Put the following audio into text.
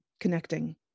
connecting